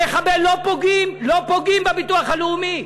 במחבל לא פוגעים בביטוח הלאומי.